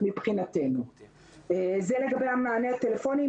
זה לגבי המענה הטלפוני,